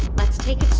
let's take it